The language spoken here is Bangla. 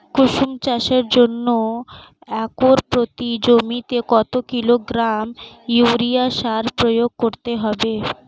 কুসুম চাষের জন্য একর প্রতি জমিতে কত কিলোগ্রাম ইউরিয়া সার প্রয়োগ করতে হবে?